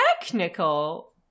technical